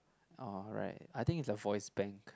alright I think it's a voice bank